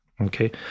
okay